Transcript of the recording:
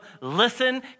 listen